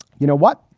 you know what?